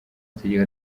amategeko